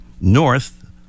north